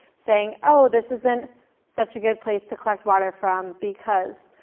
saying, oh, this isn't such a good place to collect water from because.